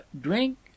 drink